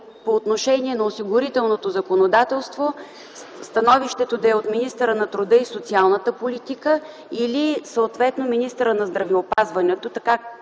по отношение на осигурителното законодателство становището да е от министъра на труда и социалната политика или съответно министъра на здравеопазването,